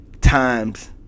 times